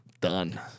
done